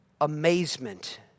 amazement